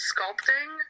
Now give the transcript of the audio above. Sculpting